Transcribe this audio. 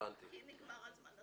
אם נגמר הזמן.